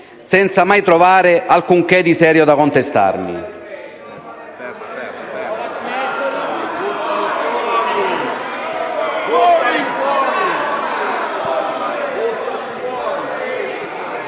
senza mai trovare alcunché di serio da contestarmi.